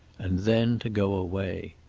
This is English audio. and then to go away.